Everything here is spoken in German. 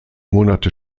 monate